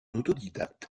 autodidacte